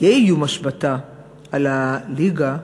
יהיה איום השבתה על הליגה,